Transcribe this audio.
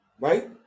right